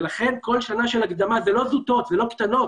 כל שנה של הקדמה זה לא זוטות, זה לא קטנות,